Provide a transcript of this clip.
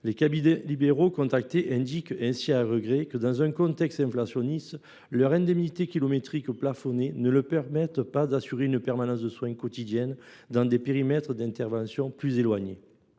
Les cabinets libéraux contactés indiquent ainsi à regret que, dans un contexte inflationniste, le plafonnement de leurs indemnités kilométriques les empêche d’assurer une permanence de soins quotidienne dans des périmètres d’intervention plus éloignés.